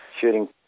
shooting